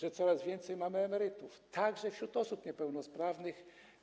Mamy coraz więcej emerytów, także wśród osób niepełnosprawnych.